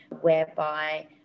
whereby